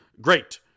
Great